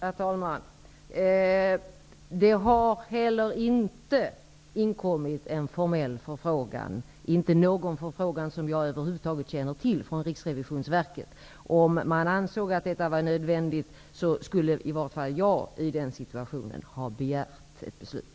Herr talman! Det har heller inte inkommit en formell förfrågan eller någon förfrågan över huvud taget som jag känner till från Riksrevisionsverket. Om man ansåg att detta var nödvändigt hade i varje fall jag i den situationen begärt ett beslut.